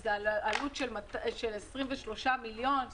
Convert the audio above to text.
שזו עלות של 23 מיליון,